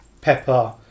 pepper